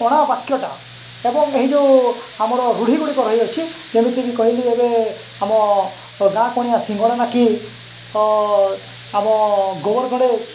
ଅଣା ବାକ୍ୟଟା ଏବଂ ଏହି ଯୋଉ ଆମର ରୂଢ଼ି ଗୁଡ଼ିକ ରହିଅଛି ଯେମିତିକି କହିଲି ଏବେ ଆମ ଗାଁ କନିଆ ସିଙ୍ଘାଣି ନାକି ଆମ ଗୋବର ଗଣେଶ